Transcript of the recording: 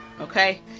Okay